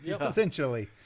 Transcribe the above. essentially